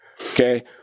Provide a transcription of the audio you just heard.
Okay